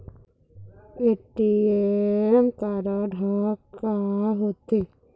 ATM card हा का होते?